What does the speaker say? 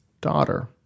daughter